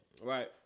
right